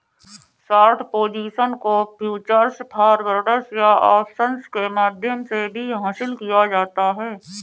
short position को futures, forwards या options के माध्यम से भी हासिल किया जाता है